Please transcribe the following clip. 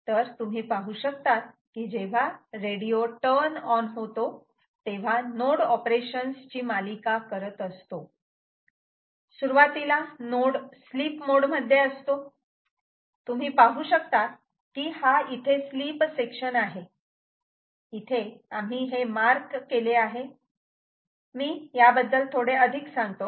तर तुम्ही पाहू शकतात कि जेव्हा रेडीओ टर्न ऑन होतो तेव्हा नोड ऑपरेशन्स ची मालिका करत असतो सुरुवातीला नोड स्लीप मोड मध्ये असतो तुम्ही पाहू शकता की हा इथे स्लीप सेक्शन आहे इथे आम्ही हे मार्क केले आहे मी याबद्दल थोडे अधिक सांगतो